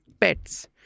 pets